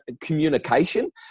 communication